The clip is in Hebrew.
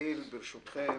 נתחיל ברשותכם,